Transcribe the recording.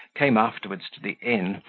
came afterwards to the inn,